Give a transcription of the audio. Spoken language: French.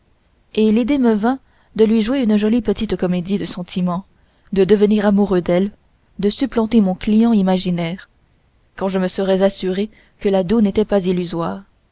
et l'idée me vint de lui jouer une jolie petite comédie de sentiment de devenir amoureux d'elle de supplanter mon client imaginaire quand je me serais assuré que la dot n'était pas illusoire